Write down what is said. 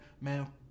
Man